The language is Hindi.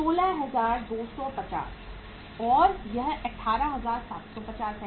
16250 और यह 18750 है